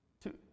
Two